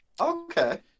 Okay